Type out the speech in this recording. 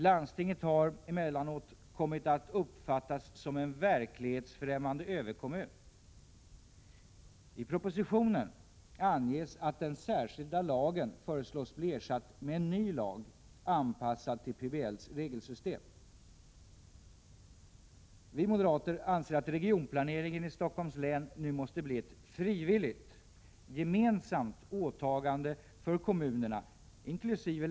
Landstinget har emellanåt kommit att uppfattas som en verklighetsfrämmande överkommun. I propositionen anges att den särskilda lagen föreslås bli ersatt med en ny lag anpassad till PBL:s regelsystem. Vi moderater anser att regionplaneringen i Stockholms län nu måste bli ett frivilligt, gemensamt åtagande för kommunerna inkl.